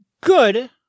good